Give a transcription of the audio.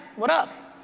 what up?